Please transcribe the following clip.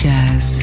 Jazz